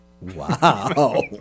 Wow